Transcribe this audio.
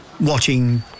watching